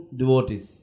devotees